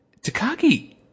Takagi